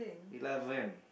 it doesn't